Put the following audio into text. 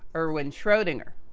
erwin schrodinger.